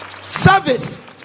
service